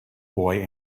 boy